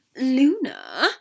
Luna